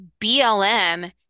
BLM